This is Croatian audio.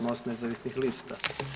MOST nezavisnih lista.